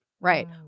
Right